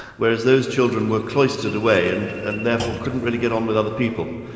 whereas those children were cloistered away and and therefore couldn't really get on with other people.